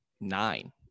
nine